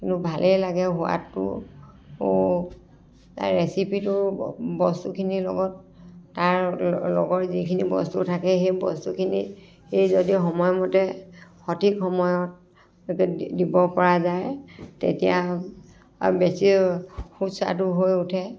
কিন্তু ভালেই লাগে সোৱাদটো তাৰ ৰেচিপিটো বস্তুখিনিৰ লগত তাৰ লগৰ যিখিনি বস্তু থাকে সেই বস্তুখিনি সেই যদি সময়মতে সঠিক সময়ত দিব পৰা যায় তেতিয়া বেছি সুস্বাদু হৈ উঠে